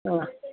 ಹಾಂ